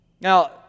Now